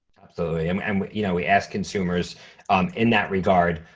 absolutely, um and we you know we asked consumers um in that regard,